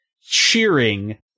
cheering